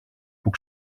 που